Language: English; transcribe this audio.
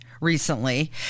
recently